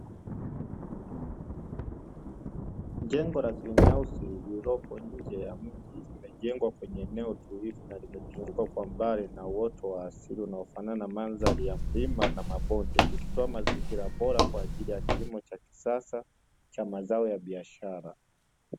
Jengo la "grinihausi" lililopo nje ya mji, limejengwa kwenye eneo tulivu na limezungukwa kwa mbali na uoto wa asili unaofanana na mandhari na milima na mabonde, ikitoa mazingira bora kwa ajili ya kilimo cha kisasa cha mazao ya biashara.